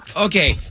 Okay